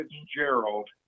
Fitzgerald